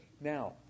Now